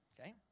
Okay